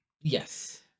Yes